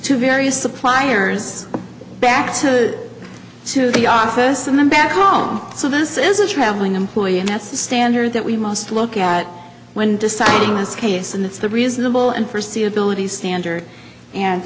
to various suppliers back to to the office in the back com so this is a traveling employee and that's the standard that we must look at when deciding this case and that's the reasonable and first the ability standard and